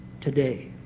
today